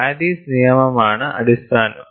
Paris നിയമമാണ് അടിസ്ഥാനം